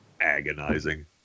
Agonizing